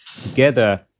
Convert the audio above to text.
together